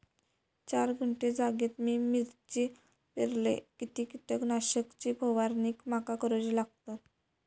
चार गुंठे जागेत मी मिरची पेरलय किती कीटक नाशक ची फवारणी माका करूची लागात?